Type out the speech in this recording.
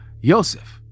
Yosef